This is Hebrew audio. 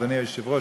אדוני היושב-ראש,